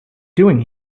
doing